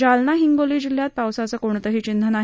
जालना हिंगोली जिल्ह्यात पावसाचं कोणतंही चिन्ह नाही